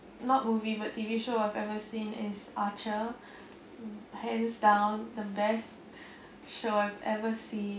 not movie but T_V show I've ever seen is archer hands down the best show I've ever seen